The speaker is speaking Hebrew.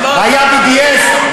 היה BDS?